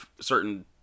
certain